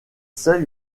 seuils